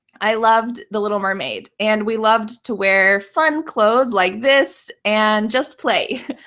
i loved the little mermaid and we loved to wear fun clothes like this and just play.